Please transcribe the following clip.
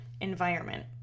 environment